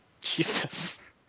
Jesus